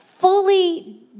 fully